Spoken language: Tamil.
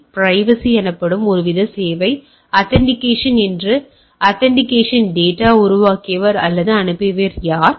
எனவே பிரைவசி எனப்படும் ஒருவித சேவை ஆத்தண்டிகேஷன் என்று ஆத்தண்டிகேஷன் டேட்டா உருவாக்கியவர் அல்லது அனுப்பியவர் யார்